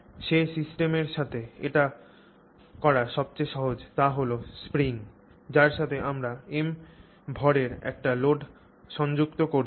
যে সিস্টেমের সাথে এটি করা সবচেয়ে সহজ তা হল স্প্রিং যার সাথে আমরা M ভরের একটি লোড সংযুক্ত করছি